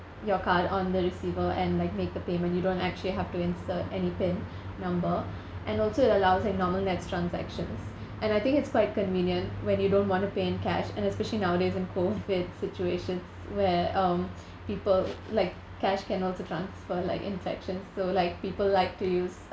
your card on the receiver and like make a payment you don't actually have to enter any pin number and also it allows a normal nets transactions and I think it's quite convenient when you don't want to pay in cash and especially nowadays in COVID situations where um people like cash can also transfer like infection so like people like to use